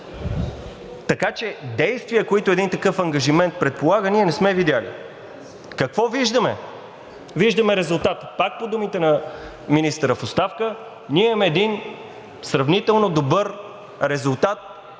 така че действия, които един такъв ангажимент предполага, ние не сме видели. Какво виждаме? Виждаме резултат – пак по думите на министъра в оставка, ние имаме един сравнително добър резултат,